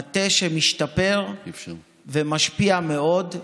מטה שמשתפר ומשפיע מאוד.